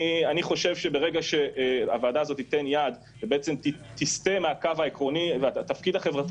ברגע שהוועדה הזאת תיתן יד ותסטה מן הקו העקרוני ומן התפקיד החברתי